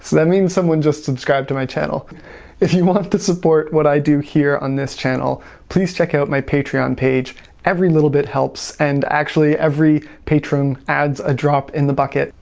that means someone just subscribed to my channel if you want to support what i do here on this channel please check out my patreon page every little bit helps and actually every patron adds a drop in the bucket.